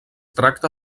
tracta